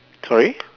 sorry